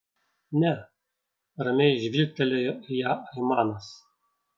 ne ramiai žvilgtelėjo į ją aimanas